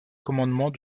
commandement